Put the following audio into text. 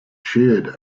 cheered